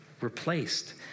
replaced